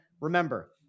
remember